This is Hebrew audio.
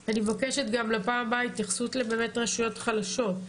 אני מבקש לשמוע גם את ההתייחסות שלכם לרשויות חלשות.